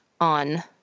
on